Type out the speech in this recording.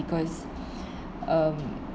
because um